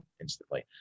instantly